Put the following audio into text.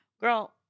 girl